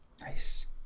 Nice